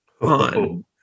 on